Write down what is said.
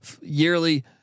yearly